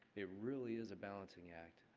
it really is a balancing act.